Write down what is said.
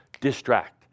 Distract